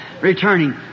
returning